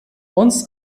uns